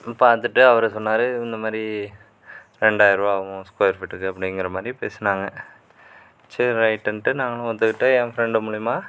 பார்த்துட்டு அவர் சொன்னாரு இந்த மாதிரி ரெண்டாயரூபா ஆவும் ஒரு ஸ்கொயர் ஃபீட்டுக்கு அப்படிங்குற மாதிரி பேசுனாங்க சரி ரைட்டுன்ட்டு நானும் ஒத்துக்கிட்டு என் ஃப்ரெண்ட் மூலயமாக